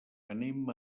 anem